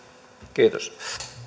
kiitos